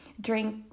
drink